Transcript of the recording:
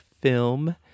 film